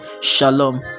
shalom